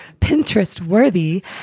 Pinterest-worthy